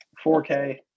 4K